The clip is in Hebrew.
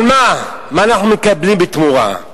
אבל מה אנחנו מקבלים בתמורה?